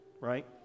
right